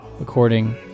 according